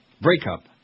Breakup